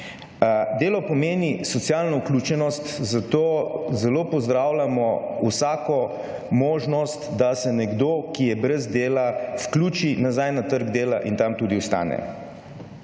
Delo pomeni socialno vključenost, zato zelo pozdravljamo vsako možnost, da se nekdo, ki je brez dela vključi nazaj na trg dela in tam tudi ostane.